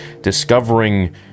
discovering